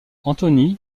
anthony